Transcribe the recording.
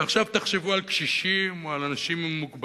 ועכשיו תחשבו על קשישים או על אנשים עם מוגבלות,